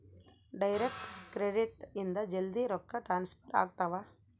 direct credit ಇಂದ ಜಲ್ದೀ ರೊಕ್ಕ ಟ್ರಾನ್ಸ್ಫರ್ ಆಗ್ತಾವ